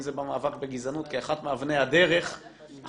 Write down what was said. אם זה במאבק בגזענות כאחת מאבני הדרך של